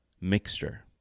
mixture